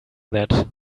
that